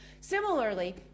Similarly